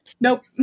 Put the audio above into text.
Nope